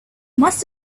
must